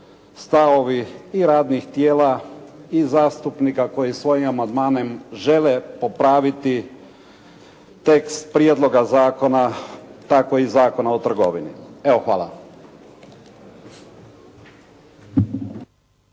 stavovi i radnih tijela i zastupnika koji svojim amandmanima žele popraviti tekst prijedloga zakona tako i Zakona o trgovini. Evo hvala.